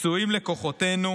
פצועים לכוחותינו,